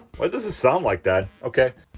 why does it sound like that? ok.